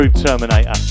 Terminator